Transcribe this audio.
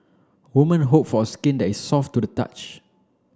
women hope for skin that is soft to the touch